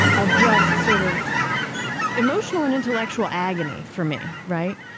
of just sort of emotional and intellectual agony for me, right?